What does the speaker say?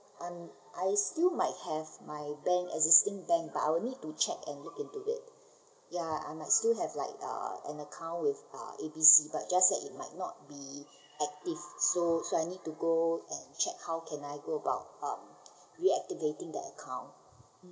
I'm I still might have my bank existing bank but I will need to check and look into it ya I might still have like uh an account with uh A B C but just that it might not be active so so I need to go and check how can I go about uh reactivating the account